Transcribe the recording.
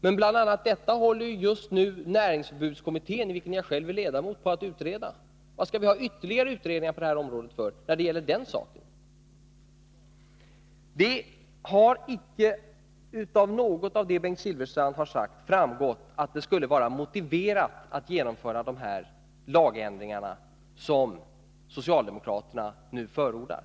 Men bl.a. detta utreds just nu av näringsförbudskommittén, i vilken jag själv är ledamot. Varför skall vi ha ytterligare utredningar på det området? Av det som Bengt Silfverstrand sagt har det icke på någon punkt framgått att det skulle vara motiverat att genomföra de lagändringar som socialdemokraterna nu förordar.